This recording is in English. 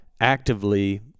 actively